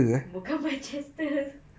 bukan bicester